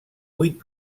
vuit